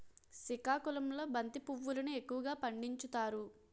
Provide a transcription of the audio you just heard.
సికాకుళంలో బంతి పువ్వులును ఎక్కువగా పండించుతారు